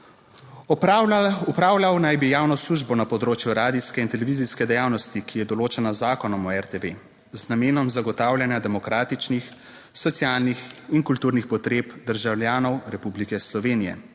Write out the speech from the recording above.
Opravljal naj bi javno službo na področju radijske in televizijske dejavnosti, ki je določena z zakonom o RTV, z namenom zagotavljanja demokratičnih, socialnih in kulturnih potreb državljanov Republike Slovenije,